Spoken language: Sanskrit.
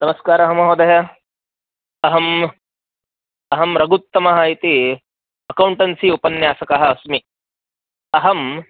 नमस्कारः महोदय अहम् अहं रघुत्तमः इति अकौण्टेन्सि उपन्यासकः अस्मि अहम्